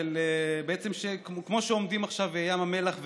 בעצם כמו שעומדים עכשיו ים המלח ואילת.